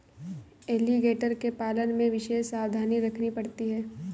alligator के पालन में विशेष सावधानी रखनी पड़ती है